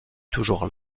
toujours